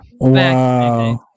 Wow